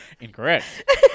Incorrect